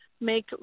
make